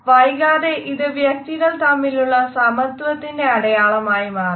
എന്നാൽ വൈകാതെ ഇത് വ്യക്തികൾ തമ്മിലുള്ള സമത്വത്തിന്റെ അടയാളമായി മാറി